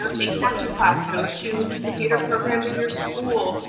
um take an acting class. go to the theater program in your school.